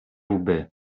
łby